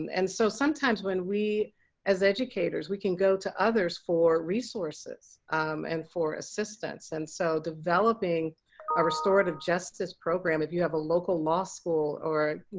um and so sometimes when we as educators, we can go to others for resources and for assistance. and so developing a restorative justice program if you have a local law school or, you